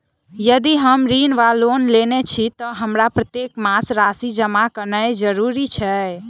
यदि हम ऋण वा लोन लेने छी तऽ हमरा प्रत्येक मास राशि जमा केनैय जरूरी छै?